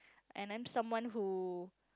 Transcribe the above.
and I'm someone who